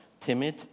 timid